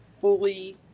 fully